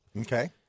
Okay